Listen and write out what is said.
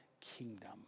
kingdom